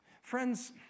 Friends